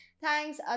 Thanks